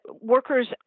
workers